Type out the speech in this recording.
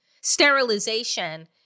Sterilization